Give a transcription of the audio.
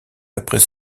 après